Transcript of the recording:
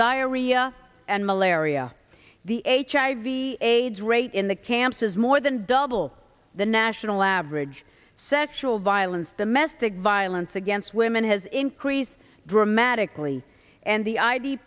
diarrhea and malaria the h i v aids rate in the camps is more than double the national average sexual violence domestic violence against women has increased dramatically and the i